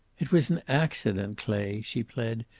it was an accident, clay, she pled.